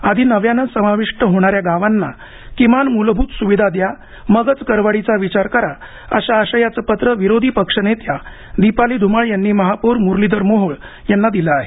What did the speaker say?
आधी नव्यानं समाविष्ट होणाऱ्या गावांना किमान मूलभूत सुविधा द्या मगच करवाढीचा विचार करा अशा आशयाचं पत्र विरोधी पक्षनेत्या दीपाली ध्रमाळ यांनी महापौर मुरलीधर मोहोळ यांना दिलं आहे